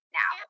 now